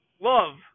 love